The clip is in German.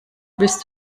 willst